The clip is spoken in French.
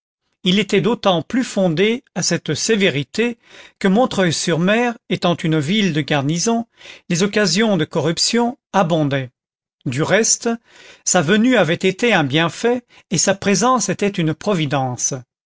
il était d'autant plus fondé à cette sévérité que montreuil sur mer étant une ville de garnison les occasions de corruption abondaient du reste sa venue avait été un bienfait et sa présence était une providence